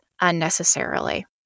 unnecessarily